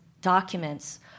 documents